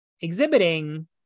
exhibiting